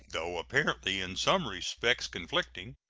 though apparently in some respects conflicting,